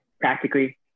practically